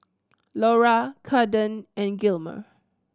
Lora Kaden and Gilmer